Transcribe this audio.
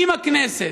עם הכנסת,